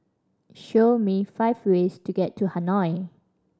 show me five ways to get to Hanoi